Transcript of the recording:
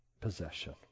possession